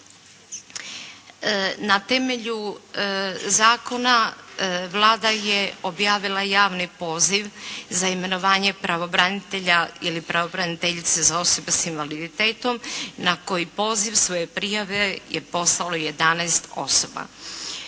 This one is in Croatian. Na temelju zakona Vlada je objavila javni poziv za imenovanje pravobranitelja ili pravobraniteljice za osobe s invaliditetom na koji poziv svoje prijave je poslalo jedanaest